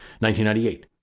1998